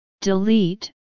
delete